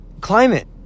climate